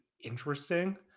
interesting